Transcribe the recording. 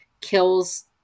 kills